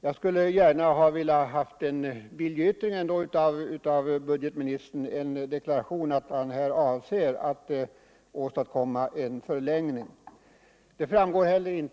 Jag hade emellertid gärna sett att budgetministern också avgivit någon form av viljeyttring eller en deklaration innebärande att budgetministern avser att medverka till att åstadkomma en förlängning av redovisningsperioderna.